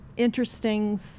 interesting